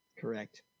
Correct